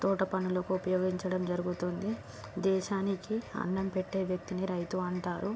తోట పనులకు ఉపయోగించడం జరుగుతుంది దేశానికి అన్నం పెట్టే వ్యక్తిని రైతు అంటారు